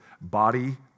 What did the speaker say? body